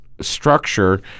structure